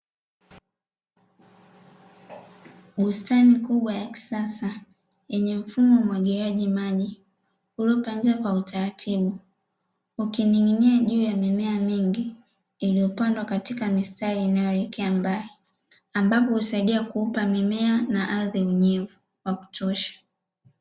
Bustani kubwa ya kisasa, yenye mfumo wa umwagiliaji maji uliopangiwa kwa utaratibu, ukining'inia juu ya mimea mingi iliyopandwa katika mistari inayoelekea mbali. Ambapo husaidia kuupa mimea na ardhi unyevu wa kutosha.